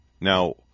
Now